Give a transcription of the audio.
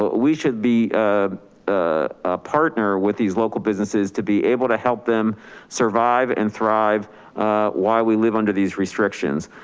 we should be a ah ah partner with these local businesses to be able to help them survive and thrive while we live under these restrictions.